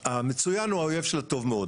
המצוין הוא האויב של הטוב מאוד.